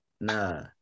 Nah